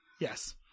Yes